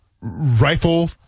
rifle